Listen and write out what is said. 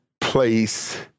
place